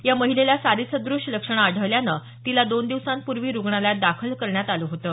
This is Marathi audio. या महिलेला सारी सद्रश लक्षणं आढळल्यानं तिला दोन दिवसापूर्वी रुग्णालयात दाखल करण्यात आलं होतं